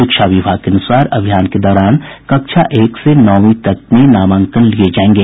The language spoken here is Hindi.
शिक्षा विभाग के अनुसार अभियान के दौरान कक्षा एक से नौंवीं तक में नामांकन लिये जायेंगे